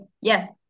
yes